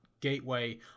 gateway